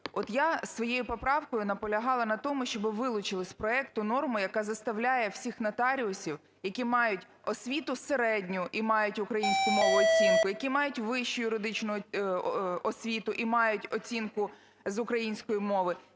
От я своєю поправкою наполягала на тому, щоби вилучили з проекту норму, яка заставляє всіх нотаріусів, які мають освіту середню і мають українську мову оцінку, які мають вищу юридичну освіту і мають оцінку з української мови,